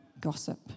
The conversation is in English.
gossip